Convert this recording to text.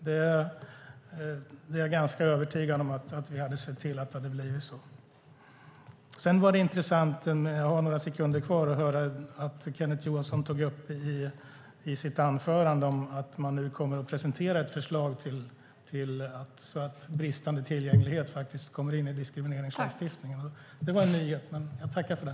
Jag är ganska övertygad om att vi hade sett till att det hade blivit så. Sedan var det intressant att höra att Kenneth Johansson tog upp i sitt anförande att man nu kommer att presentera ett förslag så att bristande tillgänglighet faktiskt kommer in i diskrimineringslagstiftningen. Det var en nyhet, men jag tackar för det.